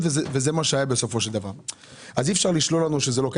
אי אפשר להגיד לנו שזה לא קיים.